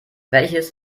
welches